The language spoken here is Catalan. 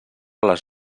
les